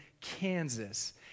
Kansas